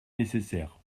nécessaires